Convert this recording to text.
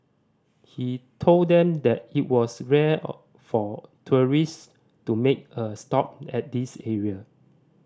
he told them that it was rare for tourists to make a stop at this area